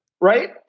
right